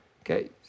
okay